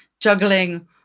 juggling